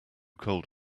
cold